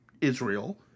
Israel